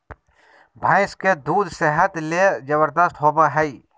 भैंस के दूध सेहत ले जबरदस्त होबय हइ